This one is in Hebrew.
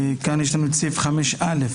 כאן יש לנו סעיף 5(א),